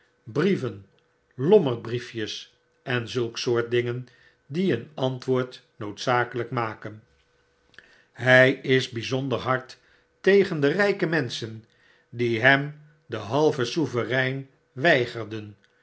brieven lommerdbriefjes en zulk soort dingen die een antwoord noodzakelijk maken hij is bijzonder hardtegen de rijke hansen die hem den halven sovereign weigerden